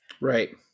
Right